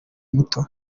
muto